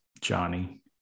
Johnny